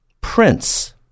Prince